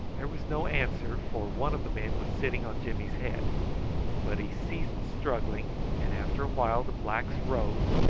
there was no answer, for one of the men was sitting on jimmy's head but he ceased struggling, and after a while the blacks rose,